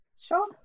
Sure